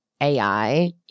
AI